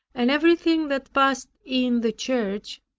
and everything that passed in the church.